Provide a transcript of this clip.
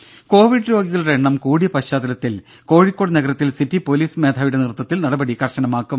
ദര കോവിഡ് രോഗികളുടെ എണ്ണം കൂടിയ പശ്ചാത്തലത്തിൽ കോഴിക്കോട് നഗരത്തിൽ സിറ്റി പോലീസ് മേധാവിയുടെ നേതൃത്വത്തിൽ നടപടി കർശനമാക്കും